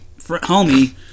homie